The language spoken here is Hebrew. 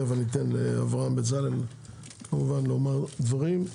תכף אני אתן לאברהם בצלאל כמובן לומר דברים.